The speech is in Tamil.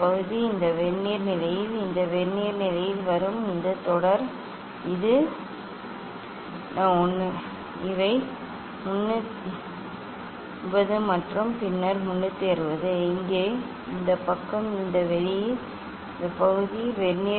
இந்த பகுதி இந்த வெர்னியர் நிலையில் இந்த வெர்னியர் நிலையில் வரும் இந்த தொடர் இது என்ன